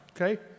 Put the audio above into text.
okay